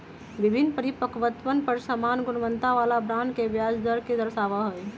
विभिन्न परिपक्वतवन पर समान गुणवत्ता वाला बॉन्ड के ब्याज दरवन के दर्शावा हई